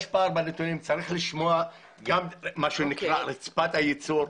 צריך לשמוע גם את רצפת הייצור.